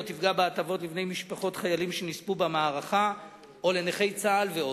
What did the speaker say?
לא תפגע בהטבות לבני משפחות חיילים שנספו במערכה או לנכי צה"ל ועוד.